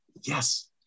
yes